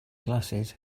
glasses